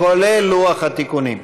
כולל לוח התיקונים.